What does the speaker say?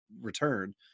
return